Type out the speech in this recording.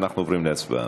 אנחנו עוברים להצבעה